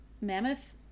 mammoth